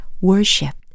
worship